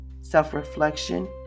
self-reflection